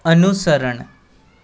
અનુસરણ